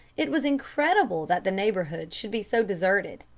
it was incredible that the neighborhood should be so deserted.